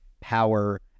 power